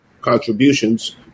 contributions